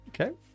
Okay